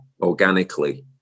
organically